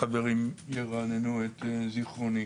החברים ירעננו את זיכרוני.